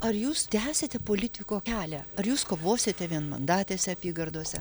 ar jūs tęsite politiko kelią ar jūs kovosite vienmandatėse apygardose